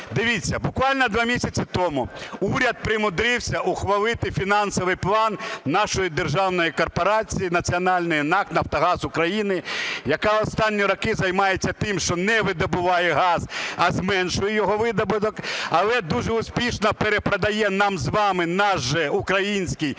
Дивіться, буквально два місяці тому уряд примудрився ухвалити фінансовий план нашої державної корпорації національної НАК "Нафтогаз України", яка останні роки займається тим, що не видобуває газ, а зменшує його видобуток, але дуже успішно перепродає нам з вами наш же український державний